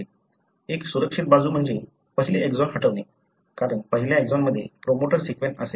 एक सुरक्षित बाजू म्हणजे पहिले एक्सॉन हटवणे कारण पहिल्या एक्सॉनमध्ये प्रोमोटर सीक्वेन्स असेल